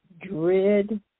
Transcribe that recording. dread